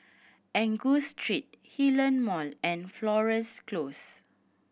Angus Street Hillion Mall and Florence Close